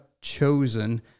chosen